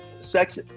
sex